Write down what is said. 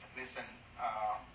listen